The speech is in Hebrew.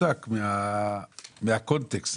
מנותק מההקשר.